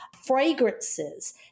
fragrances